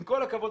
עם כל הכבוד,